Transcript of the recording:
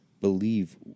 believe